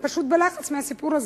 הם פשוט בלחץ מהסיפור הזה.